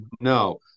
No